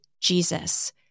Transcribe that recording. Jesus